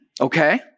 Okay